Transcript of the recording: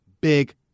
big